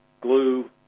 glue